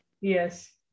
Yes